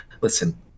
Listen